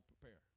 prepare